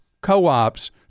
co-ops